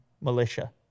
militia